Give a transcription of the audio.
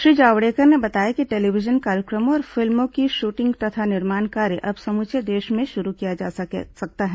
श्री जावड़ेकर ने बताया कि टेलीविजन कार्यक्रमों और फिल्मों की शूटिंग तथा निर्माण कार्य अब समूचे देश में शुरू किया जा सकता है